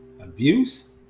abuse